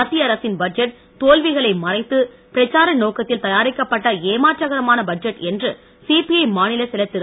மத்திய அரசின் பட்ஜெட் தோல்விகளை மறைத்து பிரச்சார நோக்கத்தில் தயாரிக்கப்பட்ட ஏமாற்றகரமான பட்ஜெட் என்று சிபிஐ மாநில செயலர் திரு